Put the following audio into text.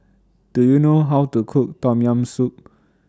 Do YOU know How to Cook Tom Yam Soup